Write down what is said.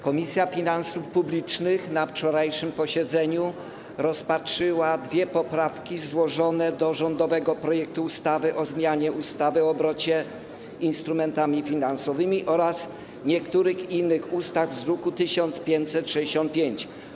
Komisja Finansów Publicznych na wczorajszym posiedzeniu rozpatrzyła dwie poprawki złożone do rządowego projektu ustawy o zmianie ustawy o obrocie instrumentami finansowymi oraz niektórych innych ustaw z druku nr 1565.